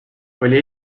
oli